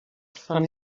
funny